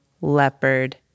leopard